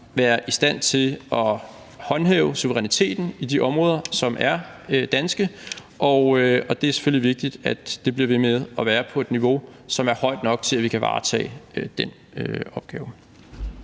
være i stand til at håndhæve suveræniteten i de områder, som er danske, og det er selvfølgelig vigtigt, at det bliver ved med at være på et niveau, som er højt nok til, at vi kan varetage den opgave.